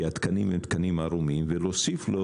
כי התקנים הם תקנים עירומים ולהוסיף לו